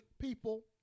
People